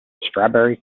strawberry